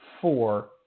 four